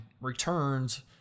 returns